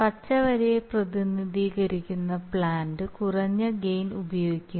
പച്ച വരയെ പ്രതിനിധീകരിക്കുന്ന പ്ലാന്റ് കുറഞ്ഞ ഗെയിൻ ഉപയോഗിക്കുന്നു